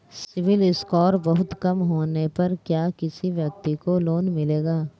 CIBIL score बहुत कम होने पर क्या किसी व्यक्ति को लोंन मिलेगा?